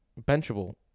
benchable